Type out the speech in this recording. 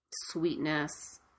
sweetness